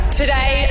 today